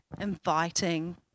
inviting